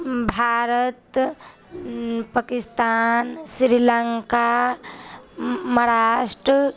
Bharat Pakistan Sri Lanka Maharashtra